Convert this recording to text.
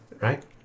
Right